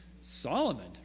Solomon